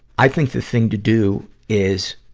i think the thing to do is,